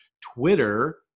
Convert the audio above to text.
Twitter